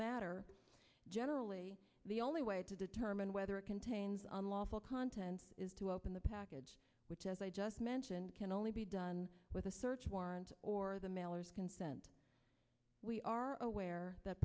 matter generally the only way to determine whether it contains unlawful contents is to open the package which as i just mentioned can only be done with a search warrant or the mailers consent we are aware that